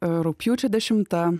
rugpjūčio dešimta